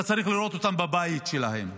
אתה צריך לראות אותם בבית שלהם,